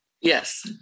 Yes